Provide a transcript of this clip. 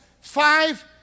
five